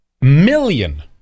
million